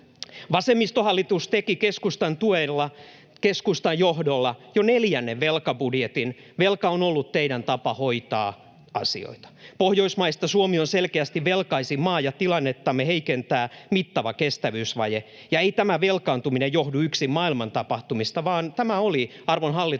keskustan tuella ja keskustan johdolla jo neljännen velkabudjetin. Velka on ollut teidän tapanne hoitaa asioita. Pohjoismaista Suomi on selkeästi velkaisin maa, ja tilannettamme heikentää mittava kestävyysvaje. Eikä tämä velkaantuminen johdu yksin maailman tapahtumista, vaan tämä oli, arvon hallitus,